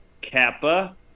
kappa